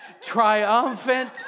triumphant